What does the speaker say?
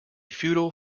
futile